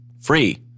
free